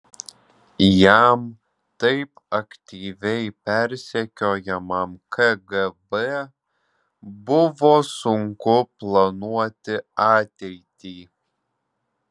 jam taip aktyviai persekiojamam kgb buvo sunku planuoti ateitį